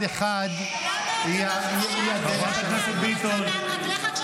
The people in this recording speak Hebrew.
אתה מדבר על לפיד,